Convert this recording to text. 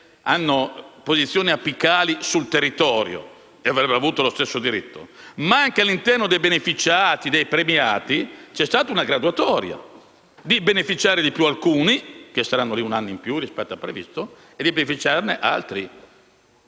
hanno posizioni apicali sul territorio e avrebbero avuto lo stesso diritto, ma, anche all'interno dei beneficiati, dei premiati, c'è stata una graduatoria: sono beneficiati di più alcuni, che staranno un anno in più rispetto al previsto, rispetto ad altri,